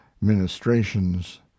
ministrations